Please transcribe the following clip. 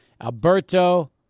Alberto